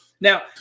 now